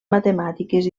matemàtiques